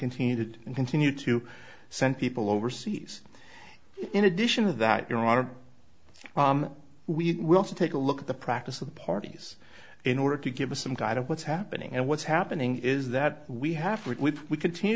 continue to continue to send people overseas in addition of that there are we will take a look at the practice of the parties in order to give us some guide of what's happening and what's happening is that we have we continue